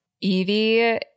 Evie